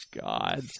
God